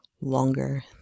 longer